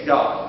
God